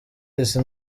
izi